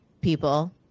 people